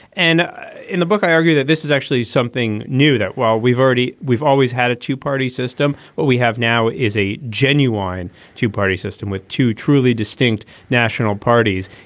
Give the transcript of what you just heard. and in the book, i argue that this is actually something new, that while we've already we've always had a two party system, what we have now is a genuine two party system with two truly distinct national parties,